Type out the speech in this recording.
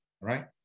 right